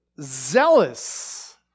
zealous